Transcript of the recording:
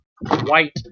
white